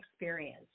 experience